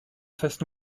face